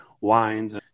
wines